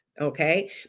Okay